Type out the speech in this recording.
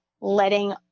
letting